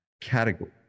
category